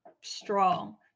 strong